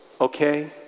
Okay